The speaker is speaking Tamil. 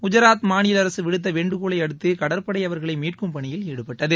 குஜராத் மாநில அரசு விடுத்த வேண்டுகோளை அடுத்து கடற்படை அவர்களை மீட்கும் பணியில் ஈடுபட்டது